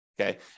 Okay